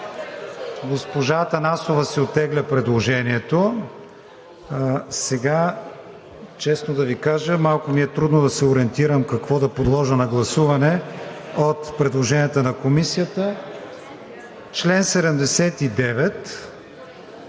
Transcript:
Госпожа Атанасова си оттегля предложението. Честно да Ви кажа, малко ми е трудно да се ориентирам какво да подложа на гласуване от предложенията на Комисията. Член 79